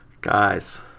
Guys